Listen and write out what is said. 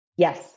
Yes